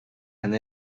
and